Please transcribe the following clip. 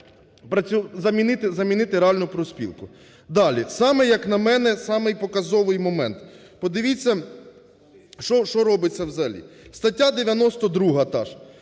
замінити реальну профспілку. Далі, саме як на мене самий показовий момент. Подивіться, що робиться взагалі. Стаття 92 та ж